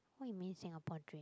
what you mean Singapore dream